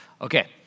Okay